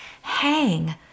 hang